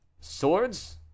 swords